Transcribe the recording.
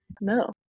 No